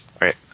right